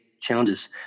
challenges